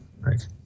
right